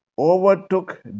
Overtook